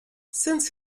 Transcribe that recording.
since